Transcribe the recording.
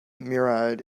murad